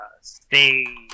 stay